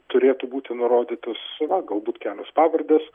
turėtų būti nurodytos na galbūt kelios pavardės